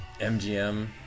MGM